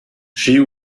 she